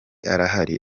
arahari